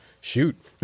shoot